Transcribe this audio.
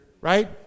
right